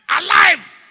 alive